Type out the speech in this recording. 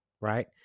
right